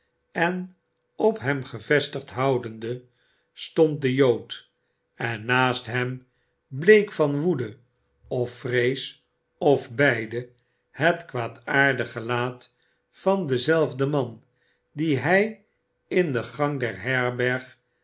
en op hem gevestigd houdende stond de jood en naast hem bleek van woede of vrees of beide het kwaadaardig gelaat van denzelfden man dien hij in de gang der herberg